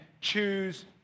choose